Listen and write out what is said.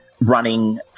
running